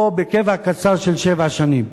או בקבע קצר של שבע שנים.